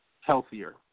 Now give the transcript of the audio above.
healthier